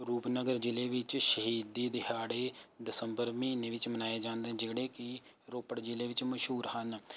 ਰੂਪਨਗਰ ਜ਼ਿਲ੍ਹੇ ਵਿੱਚ ਸ਼ਹੀਦੀ ਦਿਹਾੜੇ ਦਸੰਬਰ ਮਹੀਨੇ ਵਿੱਚ ਮਨਾਏ ਜਾਂਦੇ ਜਿਹੜੇ ਕਿ ਰੋਪੜ ਜ਼ਿਲ੍ਹੇ ਵਿੱਚ ਮਸ਼ਹੂਰ ਹਨ